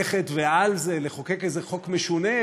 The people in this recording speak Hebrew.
ועל זה מחוקקים איזה חוק משונה,